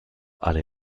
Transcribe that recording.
alle